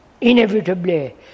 inevitably